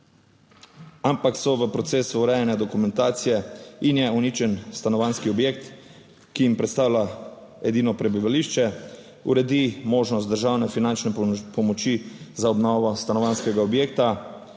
ampak so v procesu urejanja dokumentacije, in je uničen stanovanjski objekt, ki jim predstavlja edino prebivališče, uredi možnost državne finančne pomoči za obnovo stanovanjskega objekta.